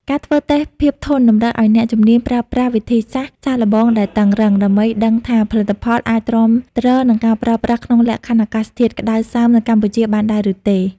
ការធ្វើតេស្តភាពធន់ តម្រូវឱ្យអ្នកជំនាញប្រើប្រាស់វិធីសាស្ត្រសាកល្បងដែលតឹងរ៉ឹង ដើម្បីដឹងថាផលិតផលអាចទ្រាំទ្រនឹងការប្រើប្រាស់ក្នុងលក្ខខណ្ឌអាកាសធាតុក្តៅសើមនៅកម្ពុជាបានដែរឬទេ។